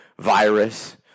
virus